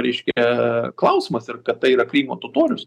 reiškia klausimas ir kad tai yra krymo totorius